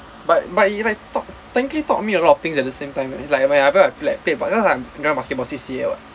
but but you like taught taught taught me a lot of things at the same time leh it's like whenever I played played like cause I'm in basketball C_C_A [what]